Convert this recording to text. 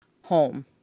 home